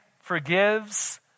forgives